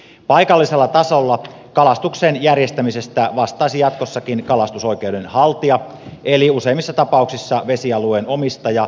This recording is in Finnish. paikallisella tasolla kalastuksen järjestämisestä vastaisi jatkossakin kalastusoikeuden haltija eli useimmissa tapauksissa vesialueen omistaja osakaskuntien kautta